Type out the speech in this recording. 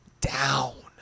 down